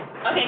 Okay